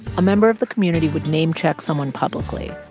a member of the community would name-check someone publicly.